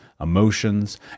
emotions